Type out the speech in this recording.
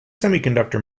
semiconductor